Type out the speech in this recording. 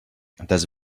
that’s